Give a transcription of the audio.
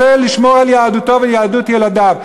והוא רוצה לשמור על יהדותו ועל יהדות ילדיו.